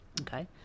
okay